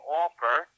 offer